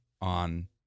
on